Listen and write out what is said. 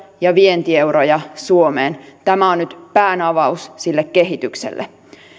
ja vientieuroja suomeen tämä on nyt päänavaus sille kehitykselle